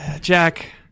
jack